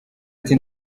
ati